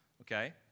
Okay